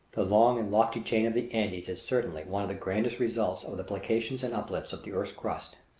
the long and lofty chain of the andes is certainly one of the grandest results of the plications and uplifts of the earth's crust.